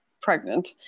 pregnant